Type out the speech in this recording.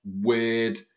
weird